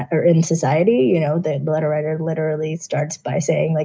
better in society. you know, that letter writer literally starts by saying, like,